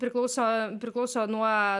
priklauso priklauso nuo